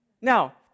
Now